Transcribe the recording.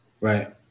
Right